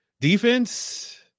defense